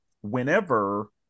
whenever